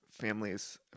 families